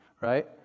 right